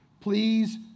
Please